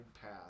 path